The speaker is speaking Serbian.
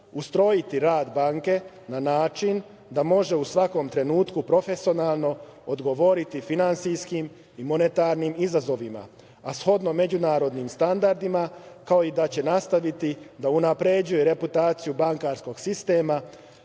ustrojiti rad banke na način da može u svakom trenutku profesionalno odgovoriti finansijskim i monetarnim izazovima, a shodno međunarodnim standardima, kao i da će nastaviti da unapređuje reputaciju bankarskog sistema